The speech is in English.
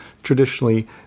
Traditionally